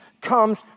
comes